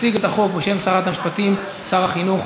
מציג את החוק, בשם שרת המשפטים, שר החינוך